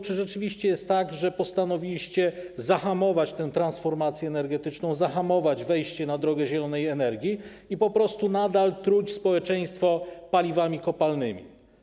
Czy rzeczywiście jest tak, że postanowiliście zahamować tę transformację energetyczną, zahamować wejście na drogę zielonej energii i po prostu nadal truć społeczeństwo paliwami kopalnymi?